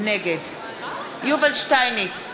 נגד יובל שטייניץ,